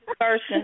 person